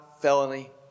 felony